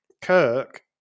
Kirk